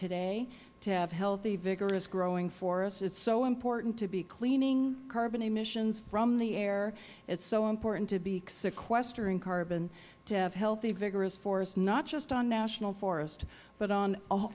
today to have healthy vigorous growing forests it is so important to be cleaning carbon emissions from the air it is so important to be sequestering carbon to have healthy vigorous forests not just on national forests but on all